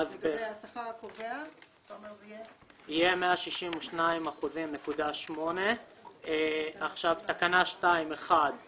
לגבי השכר הקובע זה יהיה --- זה יהיה 162.8%. תקנה 2(1)